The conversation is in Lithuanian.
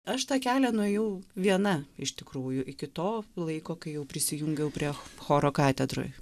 aš tą kelią nuėjau viena iš tikrųjų iki to laiko kai jau prisijungiau prie choro katedroj